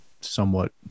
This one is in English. somewhat